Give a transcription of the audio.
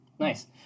Nice